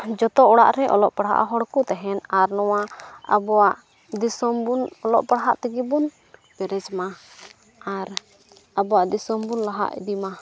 ᱡᱚᱛᱚ ᱚᱲᱟᱜ ᱨᱮ ᱚᱞᱚᱜ ᱯᱟᱲᱦᱟᱜ ᱦᱚᱲ ᱠᱚ ᱛᱟᱦᱮᱱ ᱟᱨ ᱱᱚᱣᱟ ᱟᱵᱚᱣᱟᱜ ᱫᱤᱥᱚᱢ ᱵᱚᱱ ᱚᱞᱚᱜ ᱯᱟᱲᱦᱟᱜ ᱛᱮᱜᱮ ᱵᱚᱱ ᱯᱮᱨᱮᱡᱽ ᱢᱟ ᱟᱨ ᱟᱵᱚᱣᱟᱜ ᱫᱤᱥᱚᱢ ᱵᱚᱱ ᱞᱟᱦᱟ ᱤᱫᱤ ᱢᱟ